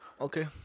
Okay